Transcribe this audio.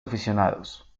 aficionados